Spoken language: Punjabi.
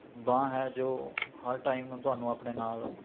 ਬਾਂਹ ਹੈ ਜੋ ਹਰ ਟਾਈਮ ਤੁਹਾਨੂੰ ਆਪਣੇ ਨਾਲ